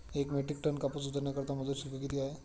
एक metric ton कापूस उतरवण्याकरता मजूर शुल्क किती आहे?